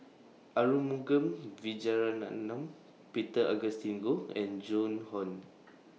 Arumugam Vijiaratnam Peter Augustine Goh and Joan Hon